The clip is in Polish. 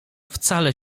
wcale